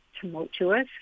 tumultuous